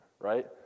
right